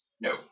no